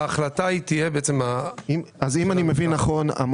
ההחלטה תהיה בעצם --- אז אם אני מבין נכון,